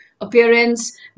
appearance